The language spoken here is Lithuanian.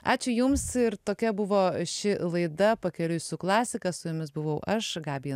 ačiū jums ir tokia buvo ši laida pakeliui su klasika su jumis buvau aš gabija